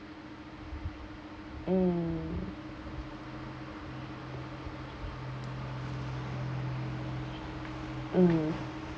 mm mm